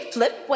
Flip